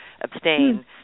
abstain